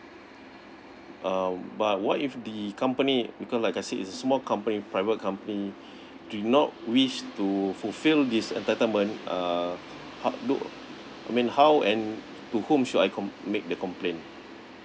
uh but what if the company because like I said it's a small company private company do not wish to fulfill this entitlement uh how do uh I mean how and to whom should I comp~ make the complaint